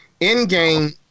Endgame